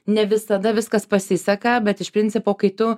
ne visada viskas pasiseka bet iš principo kai tu